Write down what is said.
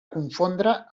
confondre